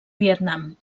vietnam